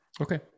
Okay